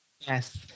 Yes